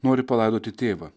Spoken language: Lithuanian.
nori palaidoti tėvą